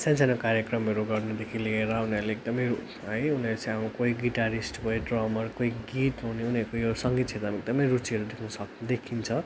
सानसानो कार्यक्रमहरू गर्नुदेखि लिएर उनीहरूले एकदमै है उनीहरू चाहिँ है कोही गिटारिस्ट कोही ड्रमर कोही गीत हुने उनीहरूको यो सङ्गीत क्षेत्रमा एकदमै रुचिहरू देख्नसक्छ देखिन्छ